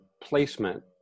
placement